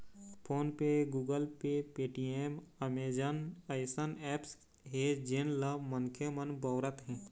phone पे, Google Pay, Paytm, Amazon अइसन apps हे जेन ल मनखे मन बउरत हें